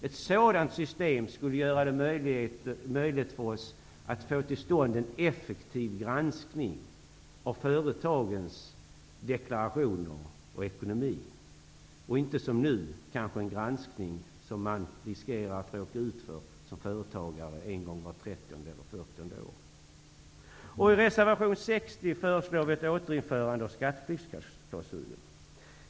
Ett sådant system skulle göra det möjligt för oss att få till stånd en effektiv granskning av företagens deklarationer och ekonomi, inte som nu en granskning som man som företagare riskerar att råka ut för en gång vart trettionde eller fyrtionde år. I reservation 60 föreslår vi återinförande av skatteflyktsklausulen.